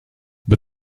but